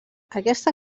aquesta